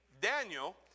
Daniel